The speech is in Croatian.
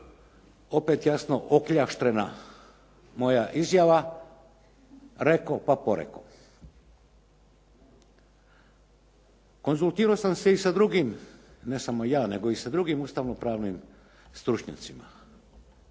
opet jasno okljaštrena moja izjava, reko pa poreko. Konzultirao sam se i sa drugim, ne samo ja, nego i sa drugim ustavno-pravnim stručnjacima